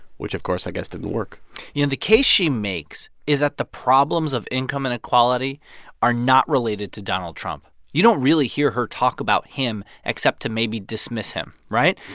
which, of course, i guess, didn't work and the case she makes is that the problems of income inequality are not related to donald trump. you don't really hear her talk about him except to maybe dismiss him, right?